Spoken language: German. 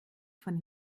von